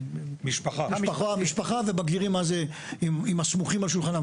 משפחה ומגדירים מה זה עם הסמוכים על שולחנו.